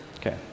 Okay